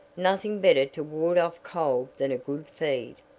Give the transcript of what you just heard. nothing better to ward off cold than a good feed.